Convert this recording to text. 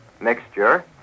mixture